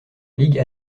ligue